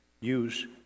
use